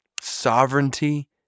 sovereignty